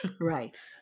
Right